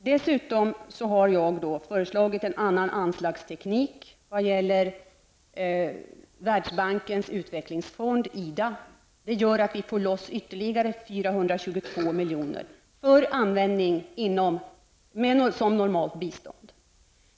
Dessutom har jag föreslagit en annan anslagsteknik vad gäller Världsbankens utvecklingsfond IDA. Det gör att vi får loss ytterligare 422 milj.kr. för användning som normalt bistånd.